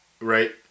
right